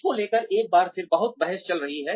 इसको लेकर एक बार फिर बहुत बहस चल रही है